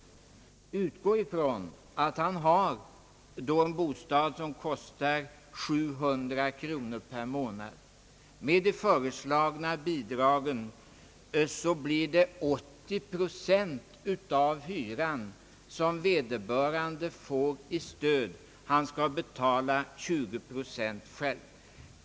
Utgå från att han har en bostad som kostar 700 kronor per månad. Med de föreslagna bidragen får han 80 procent av hyran i stöd och skall betala 20 procent själv.